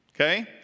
Okay